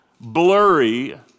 blurry